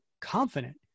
confident